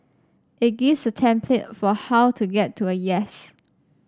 it gives a template for how to get to a yes